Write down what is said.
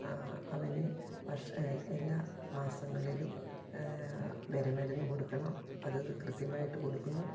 അവന് വർഷം എല്ലാ മാസങ്ങളിലും വിര മരുന്ന് കൊടുക്കണം അത് കൃത്യമായിട്ട് കൊടുക്കുന്നു